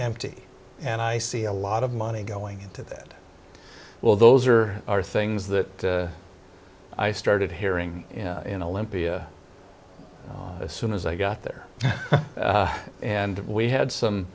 empty and i see a lot of money going into that well those are are things that i started hearing in olympia soon as i got there and we had some